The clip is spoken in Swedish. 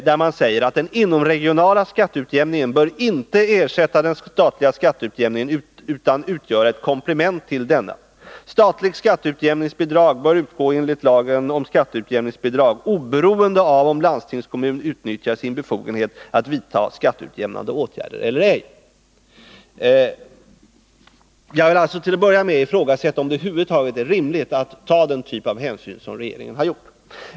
Han sade där att den inomregionala skatteutjämningen inte bör ersätta den statliga skatteutjämningen utan utgöra ett komplement till denna. Statligt skatteutjämningsbidrag bör utgå enligt lagen om skatteutjämningsbidrag oberoende av om landstingskommun utnyttjar sin befogenhet att vidta skatteutjämnande åtgärder eller ej. Jag vill alltså till att börja med ifrågasätta om det över huvud taget är rimligt att ta den typ av hänsyn som regeringen har tagit.